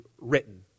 written